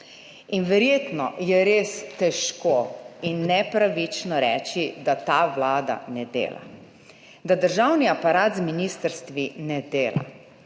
In verjetno je res težko in nepravično reči, da ta vlada ne dela, da državni aparat z ministrstvi ne dela.